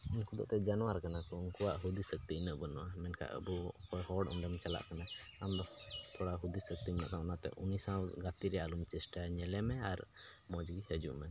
ᱩᱱᱠᱩ ᱫᱚ ᱮᱱᱛᱮᱫ ᱡᱟᱱᱚᱣᱟᱨ ᱠᱟᱱᱟ ᱠᱚ ᱩᱱᱠᱩᱣᱟᱜ ᱦᱩᱫᱤᱥ ᱥᱚᱠᱛᱤ ᱩᱱᱟᱹᱜ ᱵᱟᱹᱱᱩᱜᱼᱟ ᱢᱮᱱᱠᱷᱟᱡ ᱟᱵᱚ ᱚᱠᱚᱭ ᱦᱚᱲ ᱚᱸᱰᱮᱢ ᱪᱟᱞᱟᱜ ᱠᱟᱱᱟ ᱟᱢ ᱫᱚ ᱛᱷᱚᱲᱟ ᱦᱩᱫᱤᱥ ᱥᱚᱠᱛᱤ ᱦᱮᱱᱟᱜ ᱛᱟᱢᱟ ᱚᱱᱟᱛᱮ ᱩᱱᱤ ᱥᱟᱶ ᱜᱟᱛᱮ ᱨᱮᱭᱟᱜ ᱟᱞᱚᱢ ᱪᱮᱥᱴᱟᱭᱟ ᱧᱮᱞᱮᱢᱮ ᱟᱨ ᱢᱚᱡᱽ ᱜᱮ ᱦᱤᱡᱩᱜ ᱢᱮ